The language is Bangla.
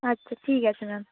আচ্ছা ঠিক আছে ম্যাম